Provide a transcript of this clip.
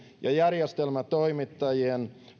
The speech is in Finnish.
ja järjestelmätoimittajien